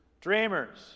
Dreamers